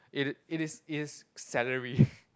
it is it is is salary